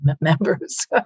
members